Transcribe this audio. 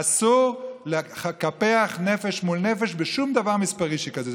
אסור לקפח נפש מול נפש בשום דבר מספרי שכזה.